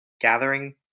gathering